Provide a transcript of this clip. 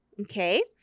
Okay